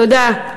תודה.